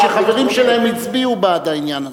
היו כמה סיעות שחברים שלהן הצביעו בעד העניין הזה.